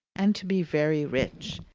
and to be very rich.